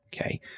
okay